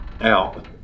out